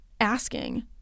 asking